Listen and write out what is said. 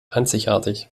einzigartig